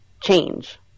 change